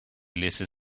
less